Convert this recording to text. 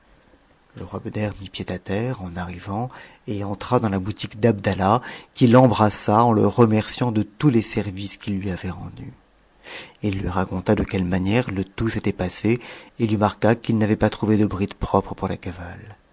le roi beder mit pied à terre en arrivant et entra dans la boutique d'abdallah qu'il embrassa en le remerciant de tous les services qu'il lui avait rendus il lui raconta de quelle manière le tout s'était passé et lui marqua qu'il n'avait pas trouvé de bride propre pour la cavale